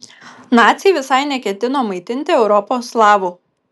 naciai visai neketino maitinti europos slavų